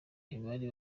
bari